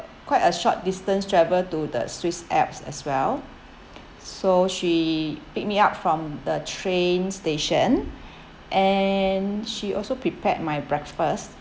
quite a short distance travel to the swiss alps as well so she pick me up from the train station and she also prepared my breakfast